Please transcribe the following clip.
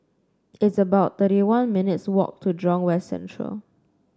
it's about thirty one minutes' walk to Jurong West Central